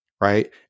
right